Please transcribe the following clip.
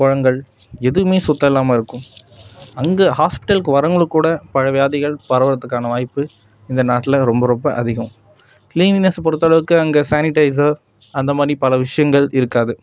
குளங்கள் எதுவுமே சுத்தமில்லாம இருக்கும் அங்கே ஹாஸ்பிடலுக்கு வரவங்குளுக்கு கூட பல வியாதிகள் பரவுகிறதுக்கான வாய்ப்பு இந்த நாட்டில் ரொம்ப ரொம்ப அதிகம் கிளீனிங்னஸை பொறுத்தளவுக்கு அங்கே சானிடைசர் அந்தமாதிரி பல விஷயங்கள் இருக்காது